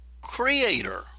creator